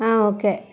ആ ഓക്കെ